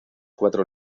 cuatro